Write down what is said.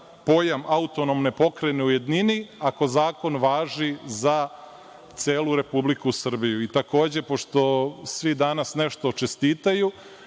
pojam autonomne pokrajine u jednini, ako zakon važi za celu Republiku Srbiju? Takođe, pošto svi danas nešto čestitaju,